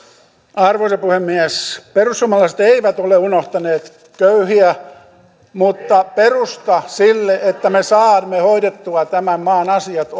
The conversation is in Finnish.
arvoisa puhemies perussuomalaiset eivät ole unohtaneet köyhiä mutta perusta sille että me saamme hoidettua tämän maan asiat